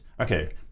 okay